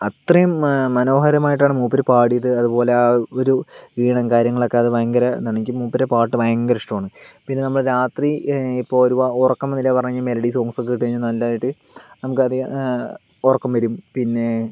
അത്രയും മനോഹരമായിട്ടാണ് മൂപ്പര് പാടിയത് അതുപോല ആ ഒരു ഈണം കാര്യങ്ങളൊക്കെ അത് ഭയങ്കര എന്താണ് എനിക്ക് മൂപ്പരുടെ പാട്ട് ഭയങ്കര ഇഷ്ടമാണ് പിന്നെ നമ്മൾ രാത്രി ഇപ്പോൾ ഒരു ഉറക്കം വന്നില്ലെന്നു പറഞ്ഞു കഴിഞ്ഞാൽ മെലഡി സോങ്സോക്കെ ഇട്ട് കഴിഞ്ഞാൽ നല്ലതായിട്ട് നമുക്ക് അത് ഉറക്കം വരും പിന്നെ